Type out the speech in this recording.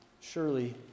Surely